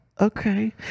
Okay